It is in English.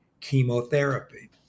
chemotherapy